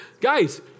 Guys